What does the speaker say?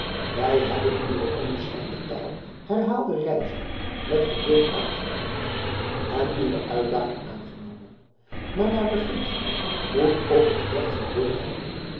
wij hebben uwe onbeschaamde taal herhaalde reizen met geduld aangehoord en uwe uitdaging aangenomen maar na de gunst moet ook het recht zijn beurt hebben